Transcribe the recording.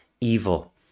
evil